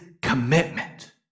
Commitment